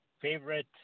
Favorite